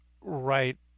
right